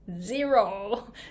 zero